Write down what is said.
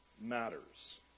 matters